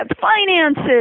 finances